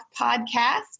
podcast